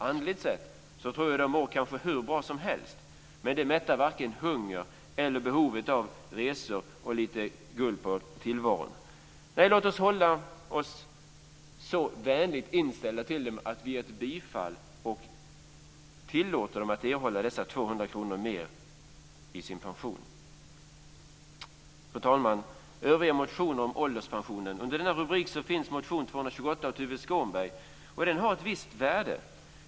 Andligt sett kan de kanske må hur bra som helst, men det mättar varken hungern eller behovet av resor och lite guldkant på tillvaron. Låt oss vara så vänligt inställda till dem att vi låter dem få dessa 200 Fru talman! Under rubriken "Övriga motioner om ålderspension" behandlas motion Sf228 av Tuve Skånberg, som har ett visst värde.